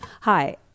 Hi